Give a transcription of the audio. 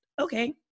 Okay